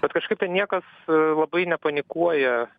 bet kažkaip ten niekas labai nepanikuoja